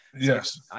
Yes